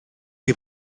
chi